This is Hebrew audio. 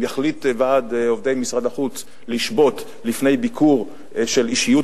אם יחליט ועד עובדי משרד החוץ לשבות לפני ביקור של אישיות,